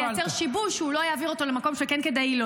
אתה גם יכול לייצר שיבוש שהוא לא יעביר אותו למקום שכן כדאי לו,